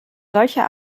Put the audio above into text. solche